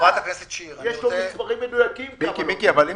יש מספרים מדויקים כמה לא קיבלו.